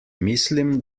mislim